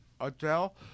Adele